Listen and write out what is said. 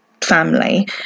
family